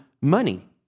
money